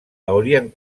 haurien